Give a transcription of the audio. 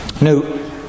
No